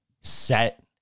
Set